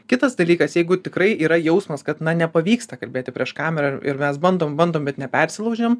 kitas dalykas jeigu tikrai yra jausmas kad na nepavyksta kalbėti prieš kamerą ir mes bandom bandom bet nepersilaužiam